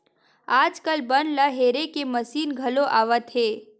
आजकाल बन ल हेरे के मसीन घलो आवत हे